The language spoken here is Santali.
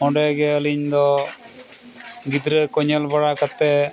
ᱚᱸᱰᱮ ᱜᱮ ᱟᱹᱞᱤᱧ ᱫᱚ ᱜᱤᱫᱽᱨᱟᱹ ᱠᱚ ᱧᱮᱞ ᱵᱟᱲᱟ ᱠᱟᱛᱮ